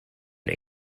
and